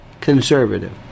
conservative